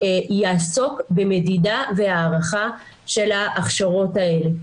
יעסוק במדידה והערכה של ההכשרות האלה.